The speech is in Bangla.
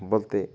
বলতে